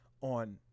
on